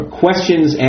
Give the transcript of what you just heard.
questions